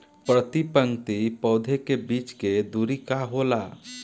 प्रति पंक्ति पौधे के बीच के दुरी का होला?